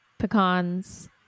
pecans